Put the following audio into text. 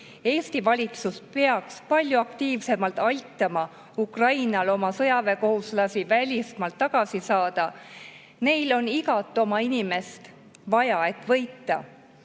Eesti valitsus peaks palju aktiivsemalt aitama Ukrainal oma sõjaväekohuslasi välismaalt tagasi saada. Neile on igat oma inimest vaja, et võita.